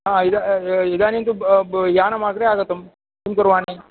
आ इदा इदानीं तु यानं अग्रे आगतं किं करवाणि